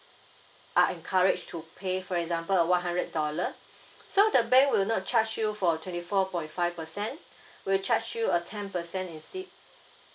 are encouraged to pay for example a one hundred dollar so the bank will not charge you for twenty four point five percent we'll charge you a ten percent instead